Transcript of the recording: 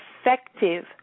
effective